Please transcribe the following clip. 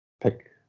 pick